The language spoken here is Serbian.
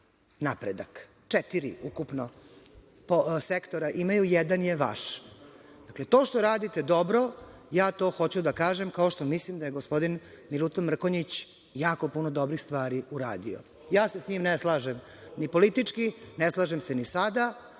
napredak. Četiri ukupno sektora imaju, jedan je vaš. Dakle, to što radite dobro, to hoću da kažem, kao što mislim da je gospodin Milutin Mrkonjić jako puno dobrih stvari uradio. Ja se sa njim ne slažem ni politički, ne slažem se ni sada,